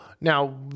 Now